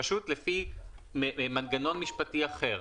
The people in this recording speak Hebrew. פשוט לפי מנגנון משפטי אחר,